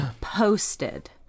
posted